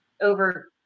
over